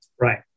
Right